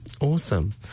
Awesome